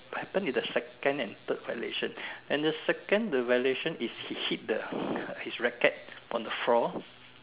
happened in the second and third violation and the second the violation is he hit the uh his racket on the floor